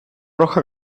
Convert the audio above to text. roja